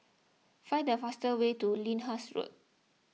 find the fastest way to Lyndhurst Road